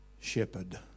shepherd